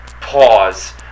pause